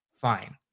fine